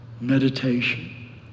Meditation